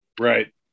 right